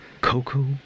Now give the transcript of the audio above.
Coco